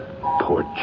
Poor